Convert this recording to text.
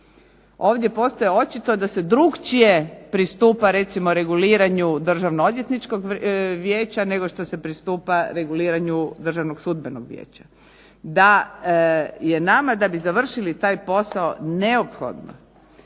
Ovdje postaje očito da se drugačije pristupa recimo reguliranju Državno-odvjetničkog vijeća nego što se pristupa reguliranju Državno sudbenog vijeća. Da je nama da bi završili taj posao neophodno